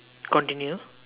continue